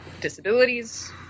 disabilities